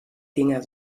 dinger